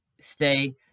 stay